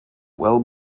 well